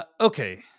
Okay